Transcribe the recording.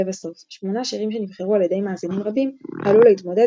לבסוף שמונה שירים שנבחרו על ידי מאזינים רבים עלו להתמודד